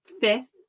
fifth